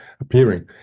appearing